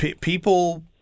people